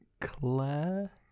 Claire